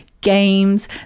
games